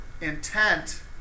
intent